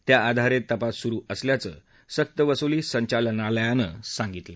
त्या आधारे तपास सुरु असल्याचं सक्तवसुली संचालनालयानं सांगितलं